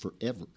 forever